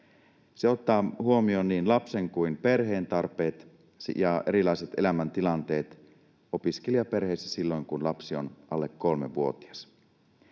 Se ottaa huomioon niin lapsen kuin perheen tarpeet ja erilaiset elämäntilanteet opiskelijaperheissä silloin, kun lapsi on alle kolmevuotias.